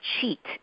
cheat